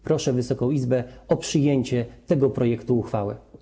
Proszę Wysoką Izbę o przyjęcie tego projektu uchwały.